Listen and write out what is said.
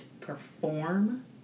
perform